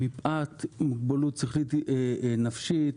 שמפאת מוגבלות שכלית, נפשית